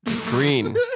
green